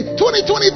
2020